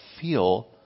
feel